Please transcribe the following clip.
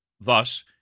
thus